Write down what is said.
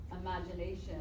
imagination